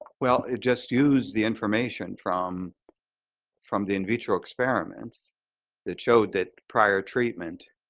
well, it just used the information from from the in-vitro experiments that showed that prior treatment